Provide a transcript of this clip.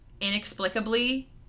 inexplicably